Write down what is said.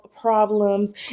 problems